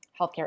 healthcare